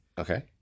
Okay